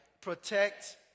protect